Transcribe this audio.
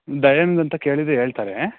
ದಯಾನಂದ್ ಅಂತ ಕೇಳಿದ್ರೆ ಹೇಳ್ತಾರೆ